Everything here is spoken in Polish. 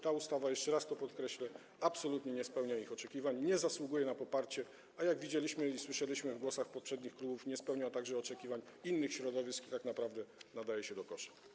Ta ustawa - jeszcze raz to podkreślę - absolutnie nie spełnia ich oczekiwań, nie zasługuje na poparcie, a jak widzieliśmy i słyszeliśmy w wypowiedziach przedstawicieli poprzednich klubów, nie spełnia także oczekiwań innych środowisk i tak naprawdę nadaje się do kosza.